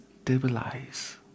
stabilize